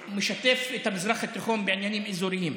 הוא משתף את המזרח התיכון בעניינים אזוריים.